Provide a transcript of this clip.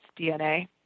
DNA